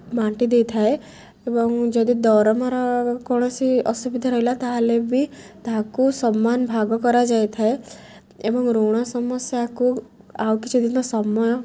ବାଣ୍ଟି ଦେଇଥାଏ ଏବଂ ଯଦି ଦରମାର କୌଣସି ଅସୁବିଧା ରହିଲା ତା'ହେଲେ ବି ତାହାକୁ ସମାନ ଭାଗ କରାଯାଇଥାଏ ଏବଂ ଋଣ ସମସ୍ୟାକୁ ଆଉ କିଛି ଦିନ ସମୟ